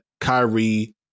Kyrie